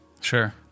Sure